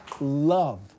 love